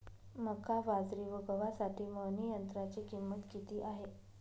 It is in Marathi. मका, बाजरी व गव्हासाठी मळणी यंत्राची किंमत किती आहे?